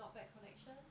not bad connection